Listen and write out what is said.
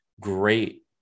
great